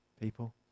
people